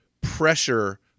pressure